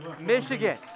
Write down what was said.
Michigan